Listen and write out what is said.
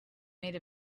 made